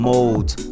Mode